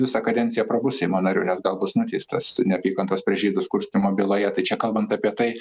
visą kadenciją prabus seimo nariu nes gal bus nuteistas neapykantos prieš žydus kurstymo byloje tai čia kalbant apie tai